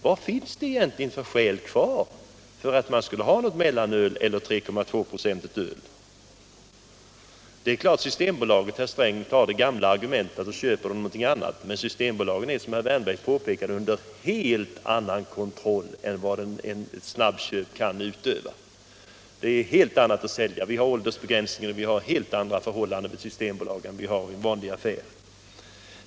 Vad finns det egentligen för skäl kvar för att ha mellanöl eller ett 3,2-procentigt öl? Herr Sträng anför det gamla argumentet att om man måste gå till Systembolaget för att få tag i öl så köper man också någonting annat. Men på Systembolaget är det, som herr Wärnberg påpekade, en helt annan kontroll av åldersgränser osv. än vad ett snabbköp kan utöva. Det är helt andra förhållanden i en systembutik än i en vanlig affär.